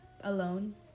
alone